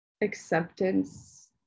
acceptance